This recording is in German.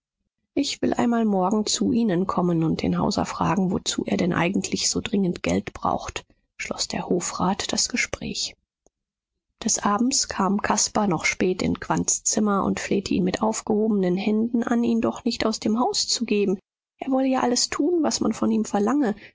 ich will einmal morgen zu ihnen kommen und den hauser fragen wozu er denn eigentlich so dringend geld braucht schloß der hofrat das gespräch des abends kam caspar noch spät in quandts zimmer und flehte ihn mit aufgehobenen händen an ihn doch nicht aus dem haus zu geben er wolle ja alles tun was man von ihm verlange